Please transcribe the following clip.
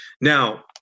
Now